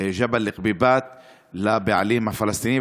ג'בל אל-כביבאת לבעלים הפלסטינים,